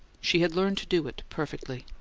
she had learned to do it perfectly.